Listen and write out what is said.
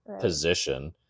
position